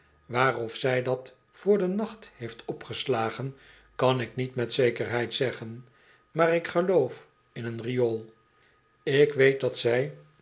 of zij dat voor den nacht heeft opgeslagen kan ik niet met zekerheid zeggen maar ik geloof in een riool ik weet dat zij